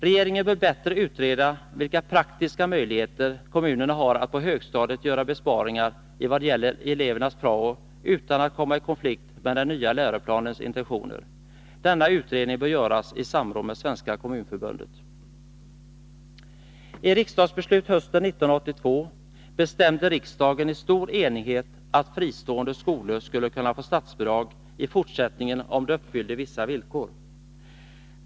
Regeringen bör bättre utreda vilka praktiska möjligheter kommunerna har att på högstadiet göra besparingar i vad gäller elevernas prao utan att komma i konflikt med den nya läroplanens intentioner. Denna utredning bör göras i samråd med Svenska kommunförbundet. I riksdagsbeslut hösten 1982 bestämde riksdagen i stor enighet att fristående skolor skulle kunna få statsbidrag i fortsättningen om de uppfyllde vissa villkor.